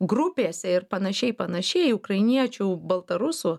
grupėse ir panašiai panašiai ukrainiečių baltarusų